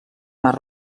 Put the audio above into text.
mar